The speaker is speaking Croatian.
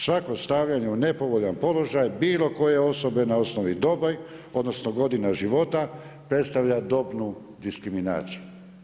Svako stavljanje u nepovoljan položaj bilo koje osobe na osnovi dobi, odnosno godina života predstavlja dobnu diskriminaciju.